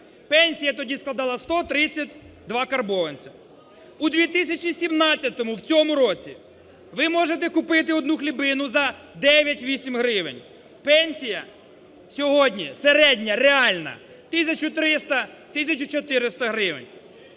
пенсія тоді складала 132 карбованця. У 2017, в цьому році, ви можете купити одну хлібину за 9-8 гривень. Пенсія сьогодні середня реальна – 1300-1400 гривень.